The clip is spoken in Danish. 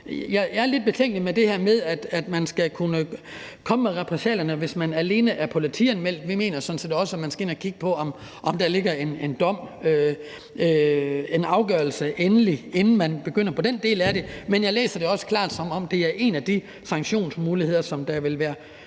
jeg er lidt betænkelig ved det her med, at man skal kunne komme med repressalierne, alene hvis der er tale om en politianmeldelse; vi mener sådan set også, at man skal ind at kigge på, om der ligger en dom, en endelig afgørelse, inden man begynder på den del af det. Men jeg læser det også klart, som om det er en af de sanktionsmuligheder, som man kunne